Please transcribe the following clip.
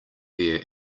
bear